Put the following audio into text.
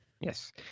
Yes